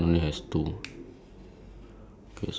okay so there's a necklace is it